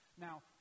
Now